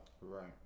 Right